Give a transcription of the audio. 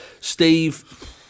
Steve